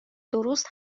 درست